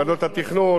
משרד הפנים,